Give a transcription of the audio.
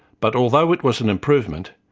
but although it was an improvement,